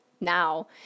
now